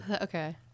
Okay